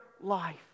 life